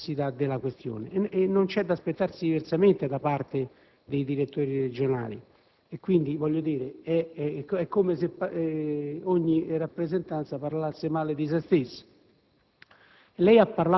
per la complessità della questione. Non c'è da aspettarsi diversamente da parte dei direttori regionali, quindi è come se ogni rappresentanza parlasse male di se stessa.